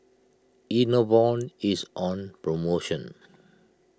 Enervon is on promotion